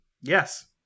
Yes